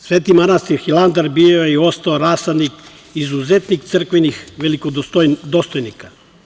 Sveti manastir Hilandar bio je i ostao rasadnik izuzetnih crkvenih velikodostojnika.